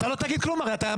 אני לא מתכוון לתת